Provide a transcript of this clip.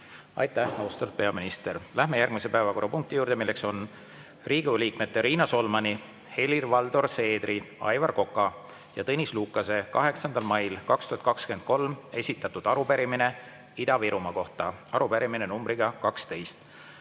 Aitäh, austatud peaminister! Läheme järgmise päevakorrapunkti juurde, milleks on Riigikogu liikmete Riina Solmani, Helir-Valdor Seedri, Aivar Koka ja Tõnis Lukase 8. mail 2023 esitatud arupärimine Ida-Virumaa kohta, arupärimine numbriga 12.